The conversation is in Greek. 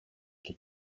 και